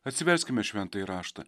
atsiverskime šventąjį raštą